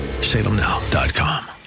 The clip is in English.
Salemnow.com